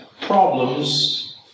problems